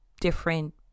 different